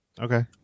Okay